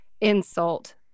insult